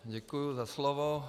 Děkuju za slovo.